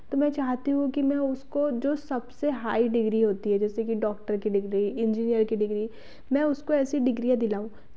तो मैं चाहती हूँ कि मैं उसको जो सबसे हाई डिग्री होती है जैसे कि डॉक्टर की डिग्री इंजीनियर की डिग्री मैं उसको ऐसी डिग्रियां दिलाऊँ